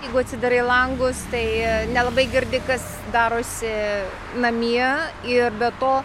jeigu atsidarai langus tai nelabai girdi kas darosi namie ir be to